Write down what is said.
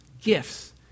gifts